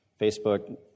Facebook